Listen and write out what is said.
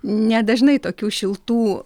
nedažnai tokių šiltų